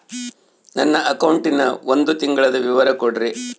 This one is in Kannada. ನನ್ನ ಅಕೌಂಟಿನ ಒಂದು ತಿಂಗಳದ ವಿವರ ಕೊಡ್ರಿ?